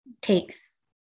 takes